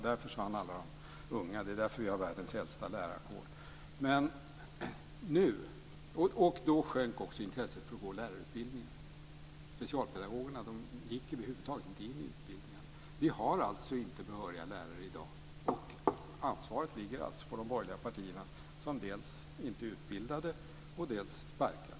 Där försvann de unga, och det är därför som vi har världens äldsta lärarkår. Då sjönk också intresset för att genomgå lärarutbildning. Specialpedagogerna gick över huvud taget inte in i utbildningen. Vi har alltså inte behöriga lärare i dag. Ansvaret ligger på de borgerliga partierna, som dels sparkade, dels inte utbildade lärare.